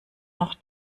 noch